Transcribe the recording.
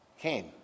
came